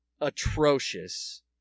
atrocious